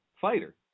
fighter